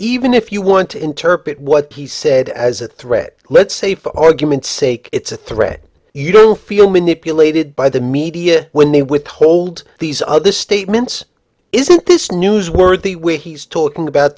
even if you want to interpret what he said as a threat let's say for argument's sake it's a threat you don't feel manipulated by the media when they withhold these other statements isn't this newsworthy where he's talking about